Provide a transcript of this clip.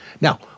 Now